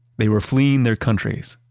they were fleeing their countries,